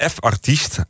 F-artiest